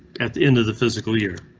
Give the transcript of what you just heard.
at the end of the physical year,